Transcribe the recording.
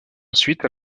ensuite